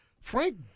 Frank